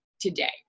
today